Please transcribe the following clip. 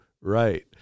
right